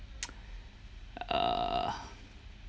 err